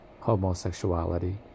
homosexuality